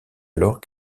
alors